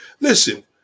Listen